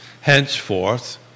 Henceforth